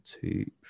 two